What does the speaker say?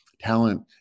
talent